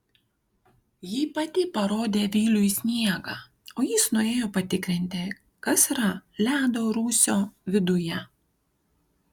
ji pati parodė viliui sniegą o jis nuėjo patikrinti kas yra ledo rūsio viduje